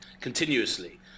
continuously